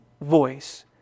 voice